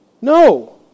No